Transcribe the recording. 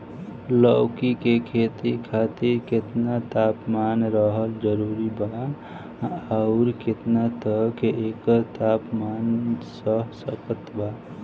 लौकी के खेती खातिर केतना तापमान रहल जरूरी बा आउर केतना तक एकर तापमान सह सकत बा?